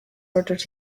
ordered